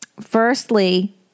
Firstly